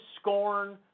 scorn